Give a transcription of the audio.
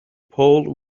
pole